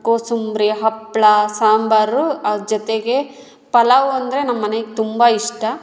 ಕೊಸಂಬ್ರಿ ಹಪ್ಪಳ ಸಾಂಬಾರು ಅದು ಜೊತೆಗೆ ಪಲಾವ್ ಅಂದರೆ ನಮ್ಮ ಮನೆಗೆ ತುಂಬ ಇಷ್ಟ